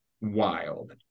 wild